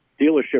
dealership